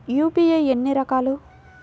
UPI ఎన్ని రకాలు?